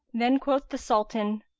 then quoth the sultan,